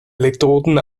elektroden